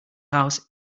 house